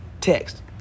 text